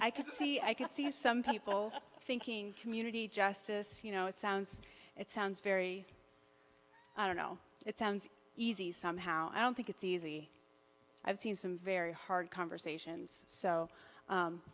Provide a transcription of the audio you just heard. could see i can see why some people thinking community justice you know it sounds it sounds very i don't know it sounds easy somehow i don't think it's easy i've seen some very hard conversations so